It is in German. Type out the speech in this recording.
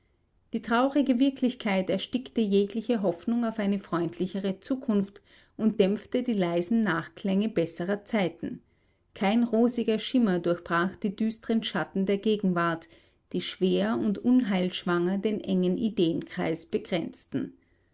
die traurige wirklichkeit erstickte jegliche hoffnung auf eine freundlichere zukunft und dämpfte die leisen nachklänge besserer zeiten kein rosiger schimmer unterbrach die düstern schatten der gegenwart die schwer und unheilschwanger den engen ideenkreis begrenzten